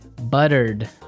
Buttered